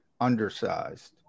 undersized